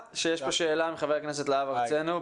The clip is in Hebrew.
שאלה לחבר הכנסת להב ארצנו.